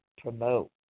promote